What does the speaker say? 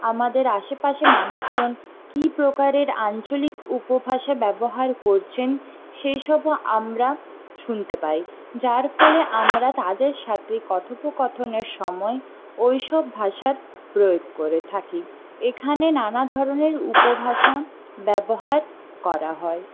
আমাদের আশেপাশে মানুষজন কী প্রকারের আঞ্চলিক উপভাষা ব্যবহার করছেন সেই সবও আমরা শুনতে পাই যার ফলে আমরা তাদের সাথে কথোপকথনের সময় ওই সব ভাষার প্রয়োগ করে থাকি এখানে নানা ধরনের উপভাষা ব্যবহার করা হয়